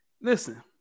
Listen